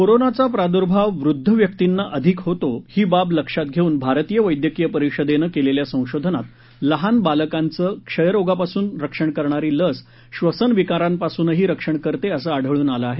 कोरोनाचा प्रादूर्भाव वृद्ध व्यक्तींना अधिक होतो ही बाब लक्षात घेऊन भारतीय वैद्यकिय परिषद नं केलेल्या संशोधनात लहान बालकांचं क्षय रोगापासून रक्षण करणारी लस श्वसन विकारांपासूनही रक्षण करते असं आढळून आलं आहे